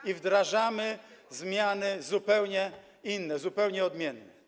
I wdrażamy zmiany zupełnie inne, zupełnie odmienne.